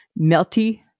melty